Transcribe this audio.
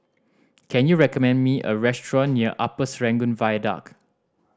can you recommend me a restaurant near Upper Serangoon Viaduct